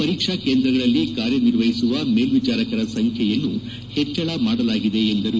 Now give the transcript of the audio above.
ಪರೀಕ್ಷಾ ಕೇಂದ್ರಗಳಲ್ಲಿ ಕಾರ್ಯನಿರ್ವಹಿಸುವ ಮೇಲ್ವಿಚಾರಕರ ಸಂಖ್ಯೆಯನ್ನು ಹೆಚ್ಚಳ ಮಾಡಲಾಗಿದೆ ಎಂದರು